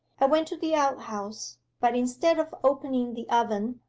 i went to the outhouse, but instead of opening the oven,